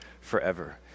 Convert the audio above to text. forever